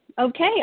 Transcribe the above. Okay